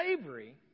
slavery